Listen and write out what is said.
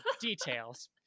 details